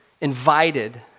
invited